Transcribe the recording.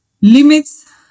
limits